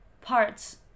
parts